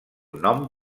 nom